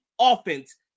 offense